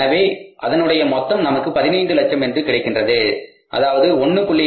எனவே அதனுடைய மொத்தம் நமக்கு 1500000 என்று கிடைக்கின்றது 1